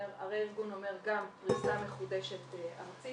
הרה-ארגון אומר גם פריסה מחודשת ארצית.